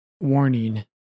warning